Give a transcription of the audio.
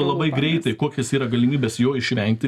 labai greitai kokios yra galimybės jo išvengti